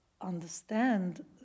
understand